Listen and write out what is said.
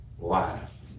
life